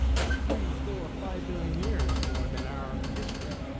that's three, four, five billion years more than our history,